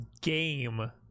game